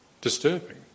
disturbing